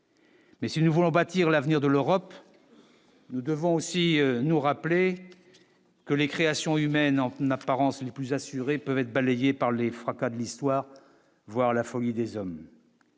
Mais si nous voulons bâtir l'avenir de l'Europe, nous devons aussi nous rappeler que les créations humaines n'apparence n'plus assurée peuvent être balayés par les fracas de l'histoire, voir la folie des hommes.